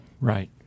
Right